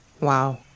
Wow